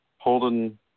Holden